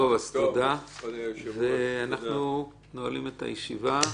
אז תודה, ואנחנו נועלים את הישיבה.